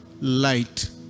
light